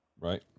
Right